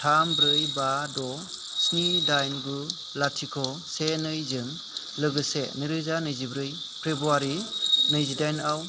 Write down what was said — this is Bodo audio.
थाम ब्रै बा द' स्नि दाइन गु लाथिख' से नैजों लोगोसे नैरोजा नैजिब्रै फेब्रुवारि नैजिदाइनाव